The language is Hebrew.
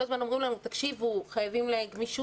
כל הזמן אומרים לנו שחייבים גמישות,